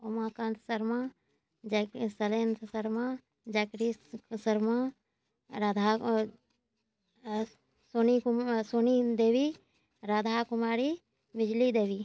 Umakant Sharma Jai Shailendra Sharma Jai Krishna Sharma Radha Soni Kumari Soni Devi Radha Kumari Bijli Devi